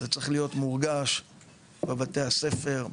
זה צריך להיות מונגש בבתי הספר,